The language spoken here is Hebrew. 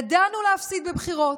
ידענו להפסיד בבחירות,